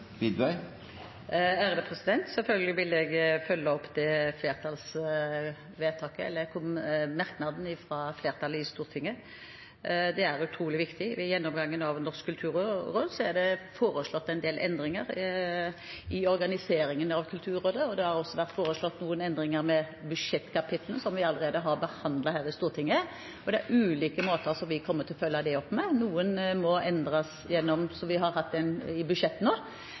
Selvfølgelig vil jeg følge opp den merknaden fra flertallet i Stortinget. Det er utrolig viktig. Ved gjennomgangen av Norsk kulturråd er det foreslått en del endringer i organiseringen av Kulturrådet, og det har også vært foreslått noen endringer med hensyn til budsjettkapitler som vi allerede har behandlet her i Stortinget. Det er ulike måter vi kommer til å følge det opp på. Noen må endres som vi har hatt det i budsjettet nå,